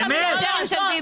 לא, זה רק המיליונרים של ביבי.